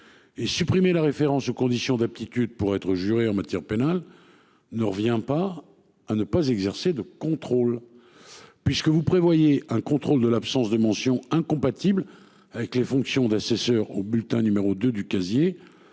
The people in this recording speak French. Et supprimé la référence aux conditions d'aptitude pour être juré en matière pénale ne revient pas à ne pas exercer de contrôle. Puisque vous prévoyez un contrôle de l'absence de mention incompatible avec les fonctions d'assesseur au bulletin numéro 2 du casier.